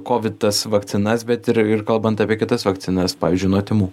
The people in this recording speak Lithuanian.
kovid tas vakcinas bet ir ir kalbant apie kitas vakcinas pavydzdžiui nuo tymų